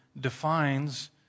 defines